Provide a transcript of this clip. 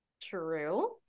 True